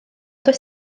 does